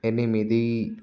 ఎనిమిది